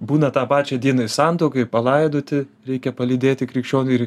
būna tą pačią dieną ir santuoka ir palaidoti reikia palydėti krikščionį ir